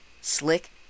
slick